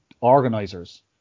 organizers